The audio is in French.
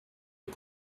aux